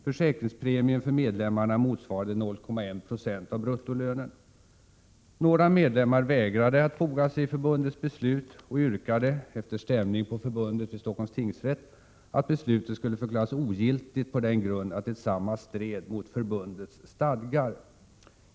Försäkringspremien för medlemmarna motsvarade 0,1 26 av bruttolönen. Några medlemmar vägrade att foga sig i förbundets beslut och yrkade — efter stämning på förbundet vid Stockholms tingsrätt — att beslutet skulle förklaras ogiltigt på den grund att detsamma stred mot förbundets stadgar.